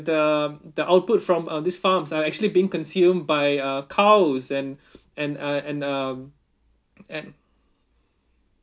the the output from uh these farms are actually being consumed by uh cows and and uh and uh and